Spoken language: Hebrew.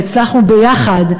והצלחנו ביחד,